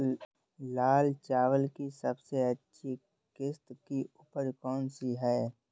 लाल चावल की सबसे अच्छी किश्त की उपज कौन सी है?